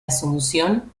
asunción